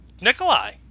Nikolai